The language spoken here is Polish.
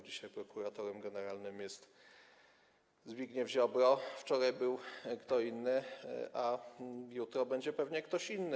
Dzisiaj prokuratorem generalnym jest Zbigniew Ziobro, wczoraj był kto inny, a jutro pewnie będzie ktoś inny.